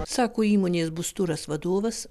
sako įmonės busturas vadovas